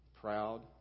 proud